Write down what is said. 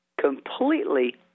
completely